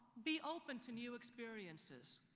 be open to new experiences.